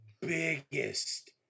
biggest